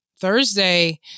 Thursday